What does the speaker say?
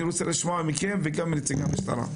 אני רוצה לשמוע מכם וגם מנציגי המשטרה.